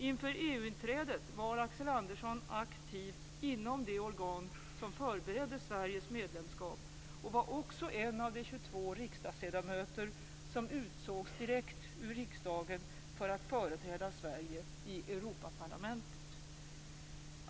Inför EU-inträdet var Axel Andersson aktiv inom det organ som förberedde Sveriges medlemskap och var också en av de 22 riksdagsledamöter som utsågs direkt ur riksdagen för att företräda Sverige i Europaparlamentet.